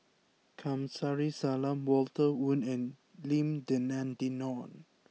Kamsari Salam Walter Woon and Lim Denan Denon